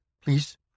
Please